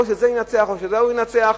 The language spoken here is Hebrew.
או שזה ינצח או שההוא ינצח.